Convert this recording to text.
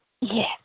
Yes